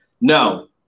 no